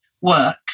work